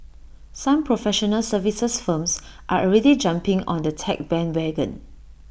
some professional services firms are already jumping on the tech bandwagon